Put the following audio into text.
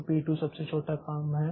तो यह P 2 सबसे छोटा काम है